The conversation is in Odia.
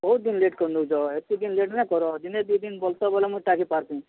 ବହୁତ୍ ଦିନ୍ ଲେଟ୍ କରିନଉଚ ହେତ୍କି ଦିନ୍ ଲେଟ୍ ନାଇଁ କର ଦିନେ ଦୁଇଦିନ୍ ବୋଲ୍ସ ବେଲେ ମୁଇଁ ତାକି ପାର୍ସିଁ